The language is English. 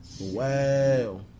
Wow